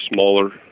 smaller